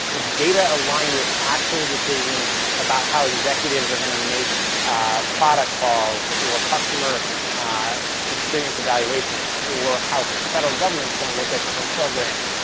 it's data aligned with actual decisions about how executives are gonna make product calls or customer experience evaluations or how the federal government's gonna look at different programs.